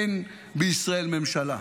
אין בישראל ממשלה.